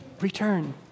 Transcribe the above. Return